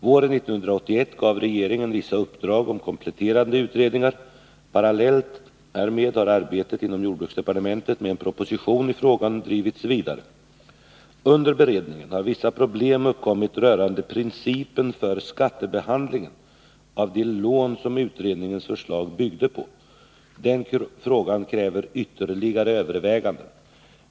Våren 1981 gav regeringen vissa uppdrag om kompletterande utredningar. Parallellt härmed har arbetet inom jordbruksdepartmentet med en proposition i frågan bedrivits vidare. Under beredningen har vissa problem uppkommit rörande principen för skattebehandlingen av de lån som utredningens förslag byggde på. Den frågan kräver ytterligare överväganden.